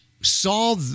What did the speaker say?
saw